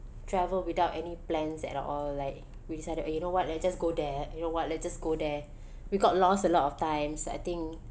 travel without any plans at all like we decided eh you know what let's just go there you know what let's just go there we got lost a lot of times I think